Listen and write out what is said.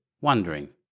wondering